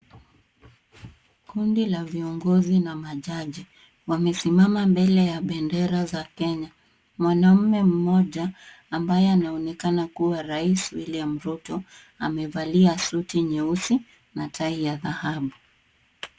Kundi la viongozi na majaji, wamesimama mbele ya bendera za Kenya. Mwanamme mmoja ambaye anaonekana kuwa rais William Ruto, amevalia suti nyeusi na tai ya thahabu.